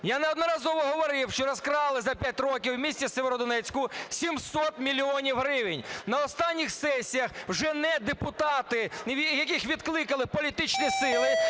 Я неодноразово говорив, що розікрали за 5 років у місті Сєвєродонецьку 700 мільйонів гривень. На останніх сесіях вже не депутати, яких відкликали політичні сили,